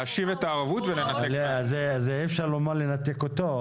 אז אי-אפשר לומר לנתק אותו.